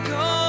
go